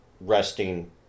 resting